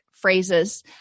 Phrases